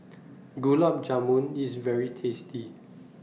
Gulab Jamun IS very tasty